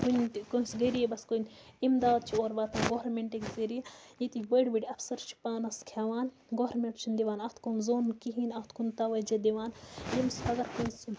تِم تہِ کٲنٛسہِ غریٖبَس کُن اِمداد چھِ اورٕ واتان گورمٮ۪نٛٹٕکۍ ذٔریعہِ ییٚتِکۍ بٔڑۍ بٔڑۍ اَفسَر چھِ پانَس کھٮ۪وان گورمٮ۪نٛٹ چھِنہٕ دِوان اَتھ کُن زوٚن کِہیٖنۍ اَتھ کُن تَوَجہ دِوان ییٚمِس اگر کٲنٛسہِ